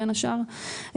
בין השאר,